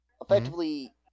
Effectively